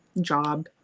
job